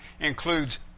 includes